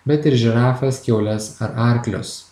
bet ir žirafas kiaules ar arklius